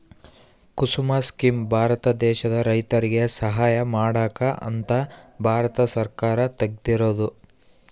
ಕುಸುಮ scheme Bharat ದೇಶದ ರೈತರಿಗೆ ಸಹಾಯ ಮಾಡಕ ಅಂತ ಭಾರತ ಸರ್ಕಾರ ತೆಗ್ದಿರೊದು